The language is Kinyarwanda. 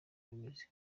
bimeze